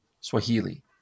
Swahili